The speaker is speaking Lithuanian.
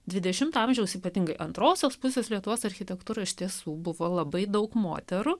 dvidešimto amžiaus ypatingai antrosios pusės lietuvos architektūra iš tiesų buvo labai daug moterų